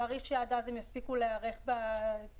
תאריך שעד אז הם יספיקו להיערך עם הציוד.